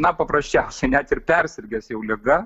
na paprasčiausiai net ir persirgęs jau liga